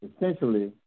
essentially